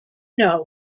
know